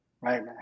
right